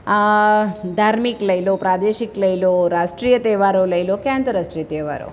ધાર્મિક લઈ લો પ્રાદેશિક લઈ લો રાષ્ટ્રીય તહેવારો લઈ લો કે આંતરરાષ્ટ્રીય તહેવારો